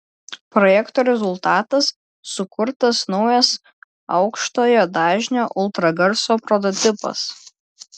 projekto rezultatas sukurtas naujas aukštojo dažnio ultragarso prototipas